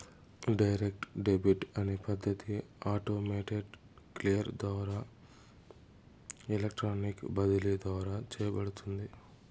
direct debit అనే పద్ధతి automated clear ద్వారా ఎలక్ట్రానిక్ బదిలీ ద్వారా చేయబడుతుంది